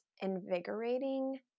invigorating